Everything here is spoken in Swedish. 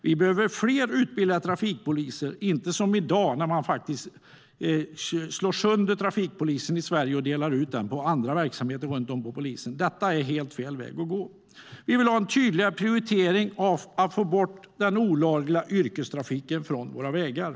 Vi behöver fler utbildade trafikpoliser och inte som i dag att man faktiskt slår sönder trafikpolisen i Sverige och delar ut den till andra verksamheter i polisen. Det är helt fel väg att gå. Vi vill ha en tydligare prioritering av arbetet för att få bort den olagliga yrkestrafiken från våra vägar.